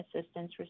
assistance